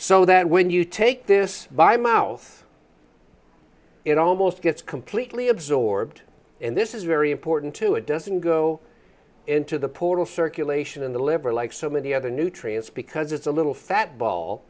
so that when you take this by mouth it almost gets completely absorbed and this is very important too it doesn't go into the pool of circulation in the liver like so many other nutrients because it's a little fat ball